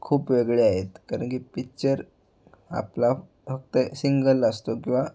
खूप वेगळे आहेत कारण की पिच्चर आपला फक्त सिंगल असतो किंवा